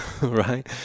right